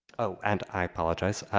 oh, and i apologize.